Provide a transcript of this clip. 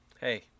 Hey